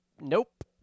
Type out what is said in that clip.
Nope